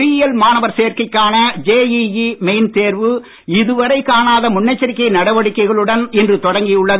பொறியியல் மாணவர் சேர்க்கைக்கான ஜேஇஇ மெயின் தேர்வு இதுவரை காணாத முன்னெச்சரிக்கை நடவடிக்கைகளுடன் இன்று தொடங்கியுள்ளது